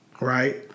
Right